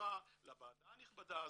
וההערכה לוועדה הנכבדה הזאת,